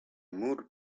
moules